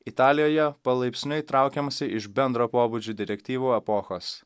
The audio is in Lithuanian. italijoje palaipsniui traukiamasi iš bendro pobūdžio direktyvų epochos